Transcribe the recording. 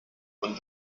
und